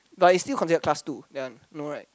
but it's still considered class two that one no right